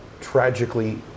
tragically